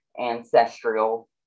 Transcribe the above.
ancestral